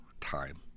time